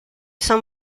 san